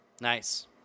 nice